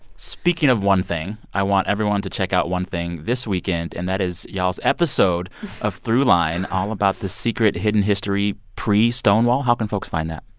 speaking of one thing, i want everyone to check out one thing this weekend, and that is y'all's episode of throughline, all about the secret hidden history pre-stonewall. how can folks find that?